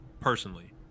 personally